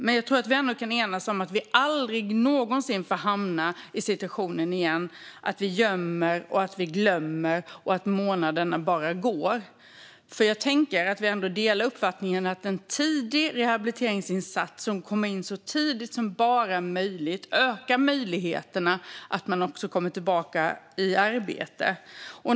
Men vi kan nog ändå enas om att vi aldrig någonsin mer får hamna i en situation där vi gömmer och glömmer och månaderna bara går. Jag tänker att vi ändå delar uppfattningen att en rehabiliteringsinsats som sätts in så tidigt det bara är möjligt ökar möjligheterna att komma tillbaka i arbete.